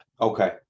Okay